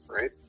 right